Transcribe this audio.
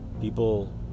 People